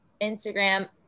Instagram